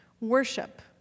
Worship